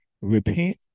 repent